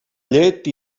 llet